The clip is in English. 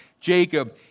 Jacob